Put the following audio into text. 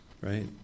right